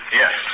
yes